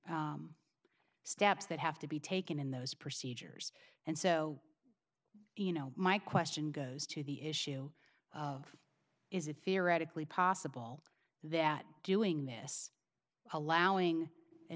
steps that have to be taken in those procedures and so you know my question goes to the issue of is it fear radically possible that doing this allowing an